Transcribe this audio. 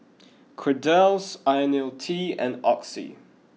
Kordel's Ionil T and Oxy